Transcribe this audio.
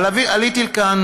אבל עליתי לכאן,